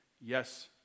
yes